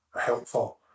helpful